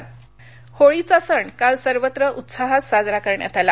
होळी होळीचा सण काल सर्वत्र उत्साहात साजरा करण्यात आला